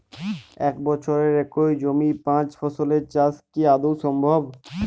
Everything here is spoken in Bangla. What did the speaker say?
এক বছরে একই জমিতে পাঁচ ফসলের চাষ কি আদৌ সম্ভব?